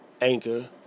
Anchor